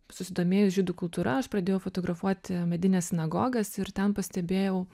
susidomėjus žydų kultūra aš pradėjau fotografuoti medines sinagogas ir ten pastebėjau